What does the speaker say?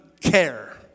care